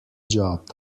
job